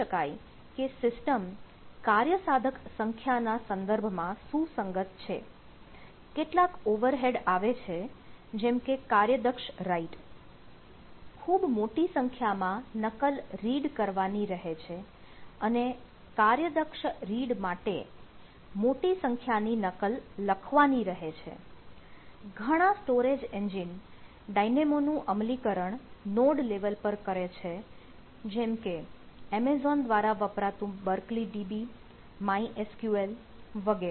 quorum consistent દ્વારા વપરાતું Berkeley DB MySQL વગેરે